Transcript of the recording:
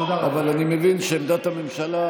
אבל אני מבין שעמדת הממשלה,